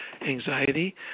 anxiety